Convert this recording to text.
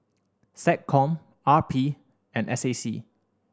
SecCom R P and S A C